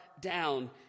down